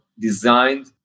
designed